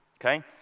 Okay